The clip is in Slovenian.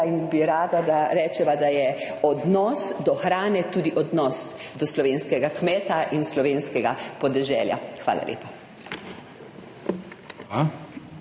in bi rada, da rečeva, da je odnos do hrane tudi odnos do slovenskega kmeta in slovenskega podeželja. Hvala lepa.